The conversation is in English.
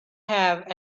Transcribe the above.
have